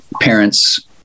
parents